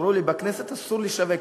אמרו לי: בכנסת אסור לשווק.